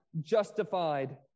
justified